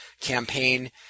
campaign